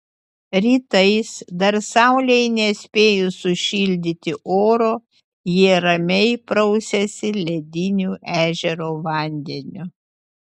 rytais dar saulei nespėjus sušildyti oro jie ramiai prausiasi lediniu ežero vandeniu